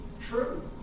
true